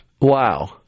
Wow